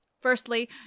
firstly